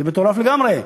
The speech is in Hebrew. זה מטורף לגמרי.